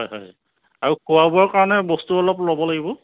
হয় হয় আৰু খোৱা বোৱা কাৰণে বস্তু অলপ ল'ব লাগিব